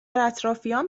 اطرافیام